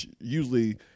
usually